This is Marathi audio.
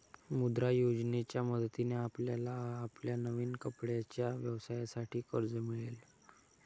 मुद्रा योजनेच्या मदतीने आपल्याला आपल्या नवीन कपड्यांच्या व्यवसायासाठी कर्ज मिळेल